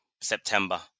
September